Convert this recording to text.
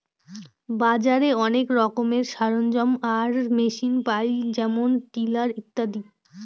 বাজারে অনেক রকমের সরঞ্জাম আর মেশিন পায় যেমন টিলার ইত্যাদি